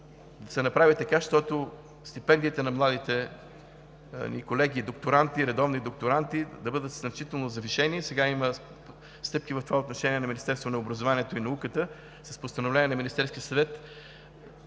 да се направи така, щото стипендиите на младите ни колеги докторанти и редовни докторанти да бъдат значително завишени. Сега има стъпки в това отношение – в Министерството на образованието и науката, с постановление на Министерския съвет